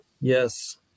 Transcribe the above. Yes